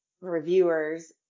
reviewers